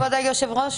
שלהם.